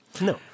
No